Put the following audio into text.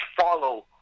follow